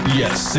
yes